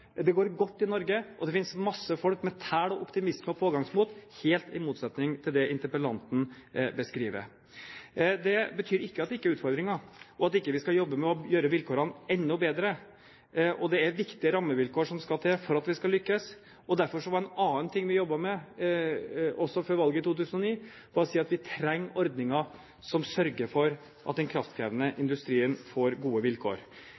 Det går godt i Norge, og det finnes mye folk med tæl, optimisme og pågangsmot, helt i motsetning til det interpellanten beskriver. Det betyr ikke at det ikke er utfordringer, og at vi ikke skal jobbe med å gjøre vilkårene enda bedre, og det er viktige rammevilkår som skal til for at vi skal lykkes. Noe annet som vi derfor jobbet med også før valget i 2009, var å si at vi trenger ordninger som sørger for at den kraftkrevende industrien får gode vilkår.